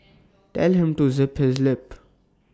tell him to zip his lip